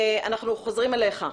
אנחנו חוזרים אליך.